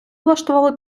влаштували